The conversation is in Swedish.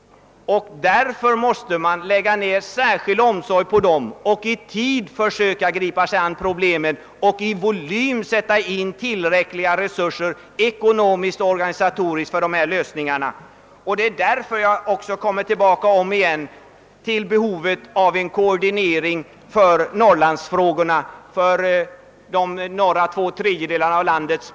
Därför måste man lägga ned särskild omsorg på de hårdast drabbade områdena och i tid försöka gripa sig an med problemen och sätta in tillräckliga resurser ekonomiskt och organisatoriskt för att lösa dem. Det föreligger alltså — jag återkommer till det — behov av en koordinering inom regeringen av Norrlandsfrågorna för att lösa problemen i de norra två tredjedelarna av landet.